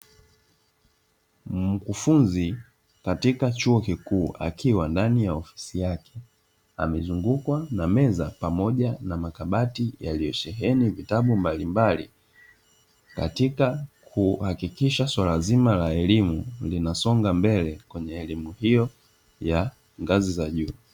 Mkufunzi katika chuo kikuu akiwa ndani ya ofisi yake. Amezungukwa na meza pamoja na makabati yaliyosheheni vitabu mbalimbali katika kuhakikisha swala zima la elimu linasonga mbele kwenye elimu hiyo ya ngazi za juu.